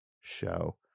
show